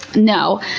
no.